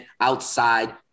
outside